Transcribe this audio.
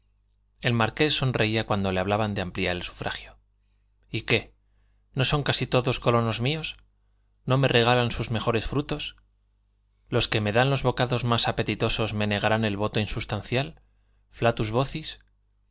el marqués sonreía cuando le hablaban de ampliar el sufragio y qué no son casi todos colonos míos no me regalan sus mejores frutos los que me dan los bocados más apetitosos me negarán el voto insustancial flatus vocis